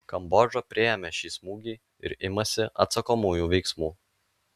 kambodža priėmė šį smūgį ir imasi atsakomųjų veiksmų